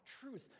truth